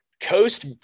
Coast